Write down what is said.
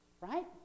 Right